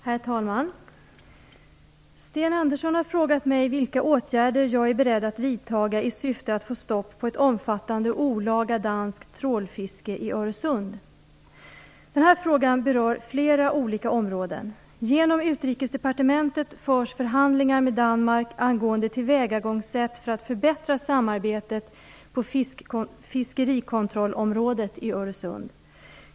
Herr talman! Sten Andersson har frågat mig vilka åtgärder jag är beredd att vidtaga i syfte att få stopp på ett omfattande olaga danskt trålfiske i Öresund. Den här frågan berör flera olika områden. Genom Utrikesdepartementet förs förhandlingar med Danmark angående tillvägagångssätt för att förbättra samarbetet på fiskerikontrollområdet i Öresund.